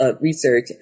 research